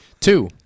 Two